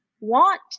want